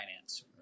finance